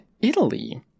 Italy